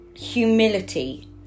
humility